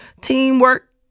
Teamwork